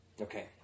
Okay